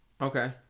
Okay